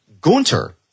Gunter